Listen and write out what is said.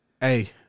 Hey